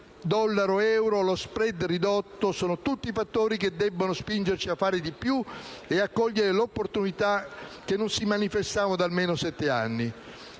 dollaro-euro, lo *spread* ridotto sono tutti fattori che debbono spingerci a fare di più e a cogliere opportunità che non si manifestavano da almeno sette anni.